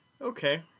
Okay